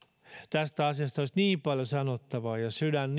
tästä asiasta olisi niin paljon sanottavaa ja sydän